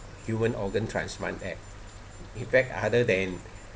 human organ transplant act in fact other than